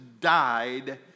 died